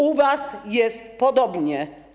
U was jest podobnie.